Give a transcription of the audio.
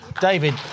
David